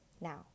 Now